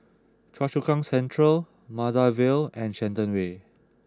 Choa Chu Kang Central Maida Vale and Shenton Way